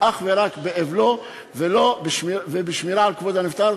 אך ורק באבלו ובשמירה על כבוד הנפטר,